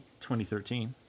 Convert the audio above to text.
2013